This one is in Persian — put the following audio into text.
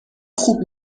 خوب